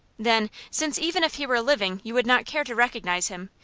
then, since even if he were living you would not care to recognize him,